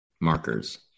markers